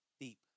deep